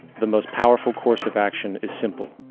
the most powerful course of action is simple.